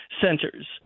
centers